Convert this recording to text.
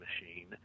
machine